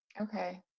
okay